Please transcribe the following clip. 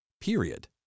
Period